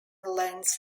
lands